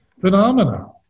phenomena